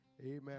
amen